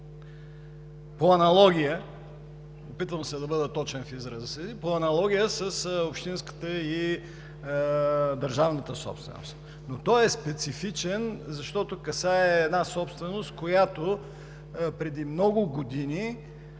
по аналогия – опитвам се да бъда точен в изказа си – с общинската и държавната собственост. Той е специфичен, защото касае една собственост, която преди много години